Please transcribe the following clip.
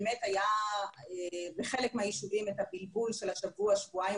באמת היה בחלק מהיישובים את הבלבול של השבוע-שבועיים